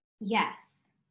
Yes